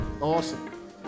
awesome